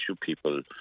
people